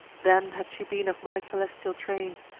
then had she been of my celestial train,